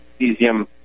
cesium